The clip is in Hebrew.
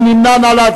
מי נמנע?